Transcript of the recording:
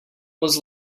was